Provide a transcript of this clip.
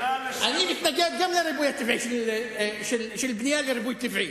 אני מתנגד גם לריבוי הטבעי של בנייה לריבוי טבעי.